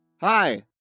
hi